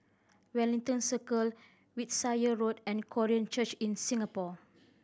Wellington Circle Wiltshire Road and Korean Church in Singapore